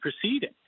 proceeding